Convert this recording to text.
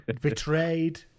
Betrayed